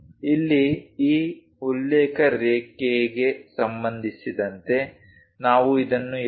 ಇಲ್ಲಿ ಈ ಉಲ್ಲೇಖ ರೇಖೆಗೆ ಸಂಬಂಧಿಸಿದಂತೆ ನಾವು ಇದನ್ನು 2